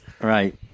Right